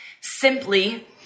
simply